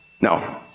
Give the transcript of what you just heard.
No